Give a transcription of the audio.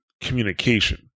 communication